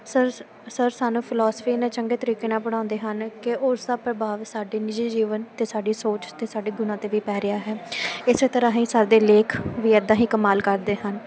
sir sir ਸਾਨੂੰ philosophy ਇੰਨਾ ਚੰਗੇ ਤਰੀਕੇ ਨਾਲ ਪੜ੍ਹਾਉਂਦੇ ਹਨ ਕਿ ਉਸਦਾ ਪ੍ਰਭਾਵ ਸਾਡੇ ਨਿੱਜੀ ਜੀਵਨ 'ਤੇ ਸਾਡੀ ਸੋਚ 'ਤੇ ਸਾਡੇ ਗੁਣਾਂ 'ਤੇ ਵੀ ਪੈ ਰਿਹਾ ਹੈ ਇਸ ਤਰ੍ਹਾਂ ਹੀ ਸਰ ਦੇ ਲੇਖ ਵੀ ਇੱਦਾਂ ਹੀ ਕਮਾਲ ਕਰਦੇ ਹਨ